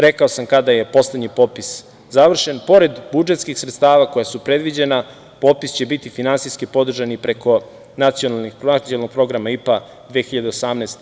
Rekao sam kada je poslednji popis završen, pored budžetskih sredstava, koja su predviđena, popis će biti finansijski podržani preko nacionalnog programa IPA 2018.